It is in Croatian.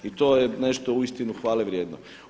I to je nešto uistinu hvalevrijedno.